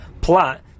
plot